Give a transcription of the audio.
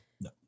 No